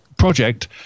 project